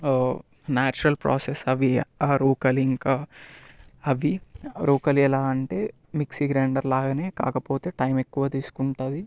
natural process అవి ఆ రోకలి ఇంకా అవి రోకలి ఎలా అంటే మిక్సీ గ్రైండర్ లాగానే కాకపోతే టైం ఎక్కువ తీసుకుంటుంది